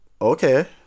okay